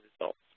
results